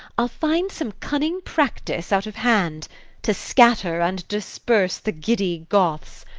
i'll find some cunning practice out of hand to scatter and disperse the giddy goths,